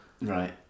Right